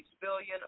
billion